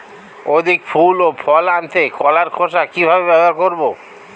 অধিক ফুল ও ফল আনতে কলার খোসা কিভাবে ব্যবহার করব?